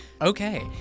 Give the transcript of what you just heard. Okay